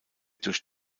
durch